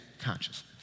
consciousness